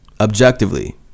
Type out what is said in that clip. objectively